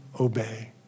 obey